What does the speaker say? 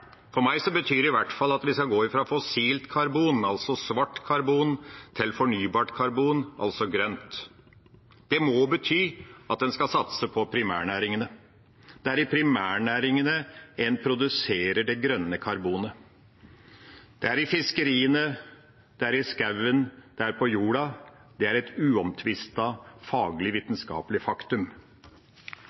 det i hvert fall at vi skal gå fra fossilt karbon, altså svart karbon, til fornybart karbon, altså grønt. Det må bety at en skal satse på primærnæringene. Det er i primærnæringene en produserer det grønne karbonet. Det er i fiskeriene, det er i skogen, det er på jorda. Det er et uomtvistet faglig, vitenskapelig faktum.